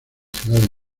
ciudades